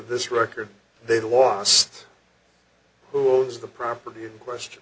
this record they lost who is the property in question